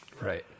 Right